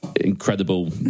incredible